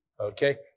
Okay